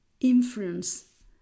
influence